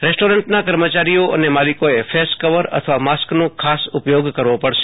રેસ્ટોરન્ટના કર્મચારીઓ અને માલિકોએ ફેસ કવર અથવા માસ્કનો ખાસ ઉપયોગ કરવો પડશે